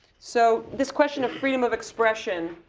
so, this question of freedom of expression,